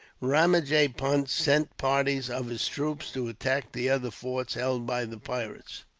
ramajee punt sent parties of his troops to attack the other forts held by the pirates.